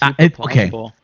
Okay